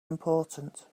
important